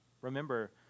Remember